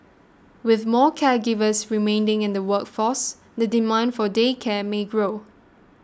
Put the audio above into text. with more caregivers remaining in the workforce the demand for day care may grow